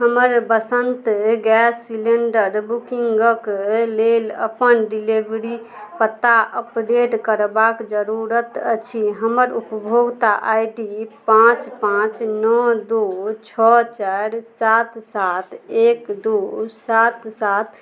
हमर Vasant gas cylinder बुकिन्गके लेल अपन डिलिवरी पता अपडेट करबाक जरूरति अछि हमर उपभोक्ता आइ डी पाँच पाँच नओ दुइ छओ चारि सात सात एक दुइ सात सात